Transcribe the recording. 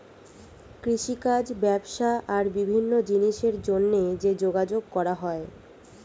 কৃষিকাজ, ব্যবসা আর বিভিন্ন জিনিসের জন্যে যে যোগাযোগ করা হয়